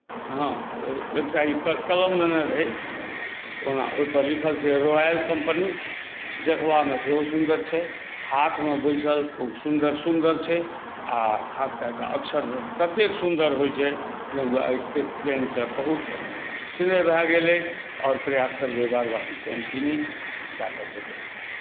हँ एकटा ई कलम लेने रही ओना ओहिपर लिखल छी रॉयल कम्पनी देखबामे सेहो सुन्दर छै हाथमे बैसल खुब सुन्दर सुन्दर छै आ खास कए कऽ अक्षर ततेक सुन्दर होइ छै जे हमरा एहि पेनसँ बहुत स्नेह भए गेल अछि आओर प्रयास करबै बार बार पेन किनी जा तक भेटैत रहै